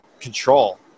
control